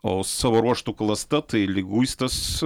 o savo ruožtu klasta tai liguistas